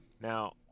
Now